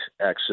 access